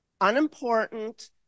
unimportant